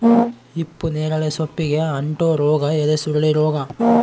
ಹಿಪ್ಪುನೇರಳೆ ಸೊಪ್ಪಿಗೆ ಅಂಟೋ ರೋಗ ಎಲೆಸುರುಳಿ ರೋಗ